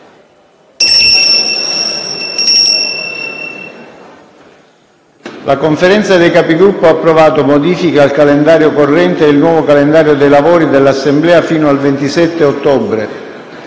La Conferenza dei Capigruppo ha approvato modifiche al calendario corrente e il nuovo calendario dei lavori dell'Assemblea fino al 27 ottobre.